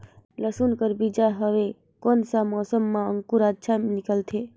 लसुन कर बीजा हवे कोन सा मौसम मां अंकुर अच्छा निकलथे?